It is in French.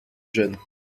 jeunes